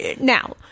now